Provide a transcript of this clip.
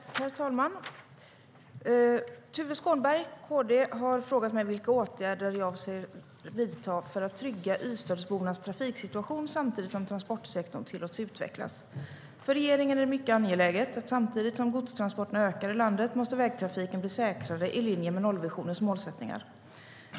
Herr talman! Tuve Skånberg har frågat mig vilka åtgärder jag avser att vidta för att trygga Ystadsbornas trafiksituation samtidigt som transportsektorn tillåts utvecklas. För regeringen är det mycket angeläget att när godstransporterna ökar i landet måste vägtrafiken bli säkrare i linje med nollvisionens målsättningar.